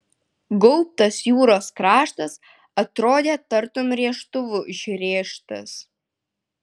gaubtas jūros kraštas atrodė tartum rėžtuvu išrėžtas